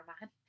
man